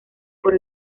por